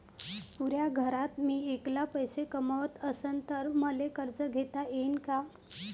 पुऱ्या घरात मी ऐकला पैसे कमवत असन तर मले कर्ज घेता येईन का?